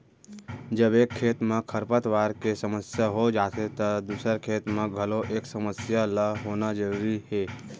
जब एक खेत म खरपतवार के समस्या हो जाथे त दूसर खेत म घलौ ए समस्या ल होना जरूरी हे